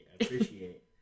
appreciate